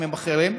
בתחומים אחרים.